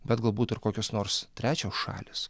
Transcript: bet galbūt ir kokios nors trečios šalys